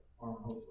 farmhouse